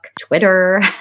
Twitter